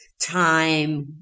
time